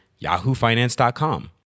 yahoofinance.com